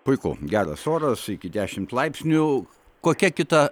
puiku geras oras iki dešimt laipsnių kokia kita